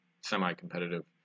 semi-competitive